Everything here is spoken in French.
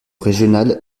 régional